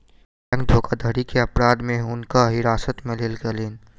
bank धोखाधड़ी के अपराध में हुनका हिरासत में लेल गेलैन